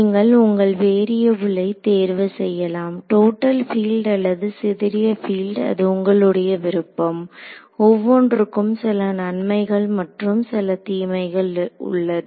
நீங்கள் உங்கள் வேரியபுள்ளை தேர்வு செய்யலாம் டோட்டல் பீல்ட் அல்லது சிதறிய பீல்ட் அது உங்களுடைய விருப்பம் ஒவ்வொன்றுக்கும் சில நன்மைகள் மற்றும் சில தீமைகளும் உள்ளது